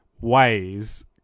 ways